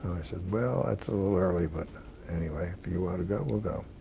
i said, well, that's a little early, but anyway if you want to go, we'll go.